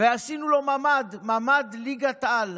ועשינו לו ממ"ד, ממ"ד ליגת-על.